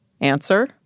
answer